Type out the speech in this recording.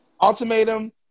ultimatum